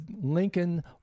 Lincoln